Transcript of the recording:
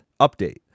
update